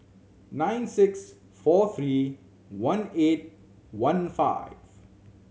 nine six four three one eight one five